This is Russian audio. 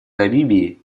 намибии